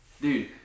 Dude